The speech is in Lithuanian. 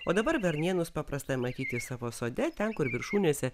o dabar varnėnus paprasta matyti savo sode ten kur viršūnėse